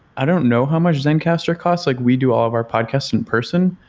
i don't know how much zencastr cost. like we do all of our podcast in person,